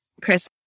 Chris